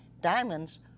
Diamonds